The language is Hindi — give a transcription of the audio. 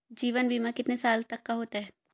जीवन बीमा कितने साल तक का होता है?